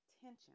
tension